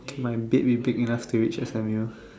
my bed be big enough to reach S_M_U